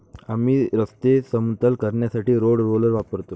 आम्ही रस्ते समतल करण्यासाठी रोड रोलर वापरतो